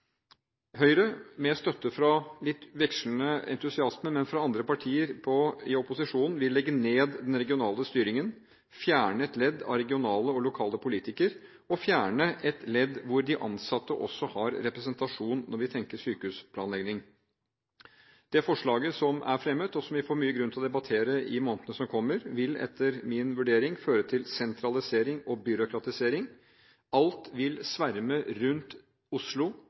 Høyre, med støtte fra andre partier i opposisjonen – med litt vekslende entusiasme – vil legge ned den regionale styringen. De vil fjerne et ledd med regionale og lokale politikere og fjerne et ledd hvor de ansatte også har representasjon når det gjelder sykehusplanlegging. Det forslaget som er fremmet, og som vi får mye grunn til å debattere i månedene som kommer, vil etter min vurdering føre til sentralisering og byråkratisering. Alt vil sverme rundt Oslo,